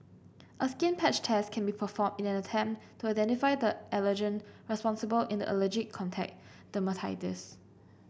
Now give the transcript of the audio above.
a skin patch test can be performed in an attempt to identify the allergen responsible in the allergic contact dermatitis